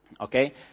Okay